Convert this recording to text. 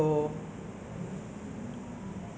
ah 茨园不是有一间那个